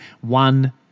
one